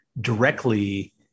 directly